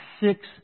six